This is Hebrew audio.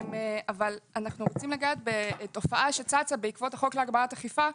אנחנו רוצים לגעת בתופעה שצצה בעקבות החוק להגברת אכיפה,